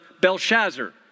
Belshazzar